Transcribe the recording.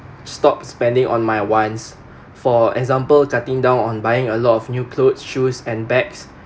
stop spending on my wants for example cutting down on buying a lot of new clothes shoes and bags